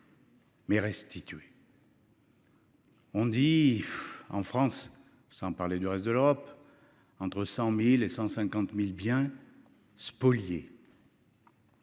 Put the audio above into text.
Mais restituer. On dit en France sans parler du reste de l'Europe entre 100.000 et 150.000 biens spoliés.